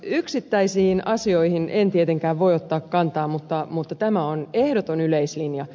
yksittäisiin asioihin en tietenkään voi ottaa kantaa mutta tämä on ehdoton yleislinja